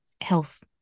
health